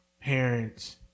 parents